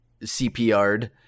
CPR'd